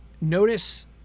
Notice